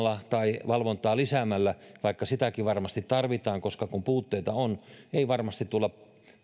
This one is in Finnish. tai valvontaa lisäämällä vaikka sitäkin varmasti tarvitaan koska puutteita on ei varmasti tulla